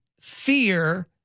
fear